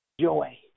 joy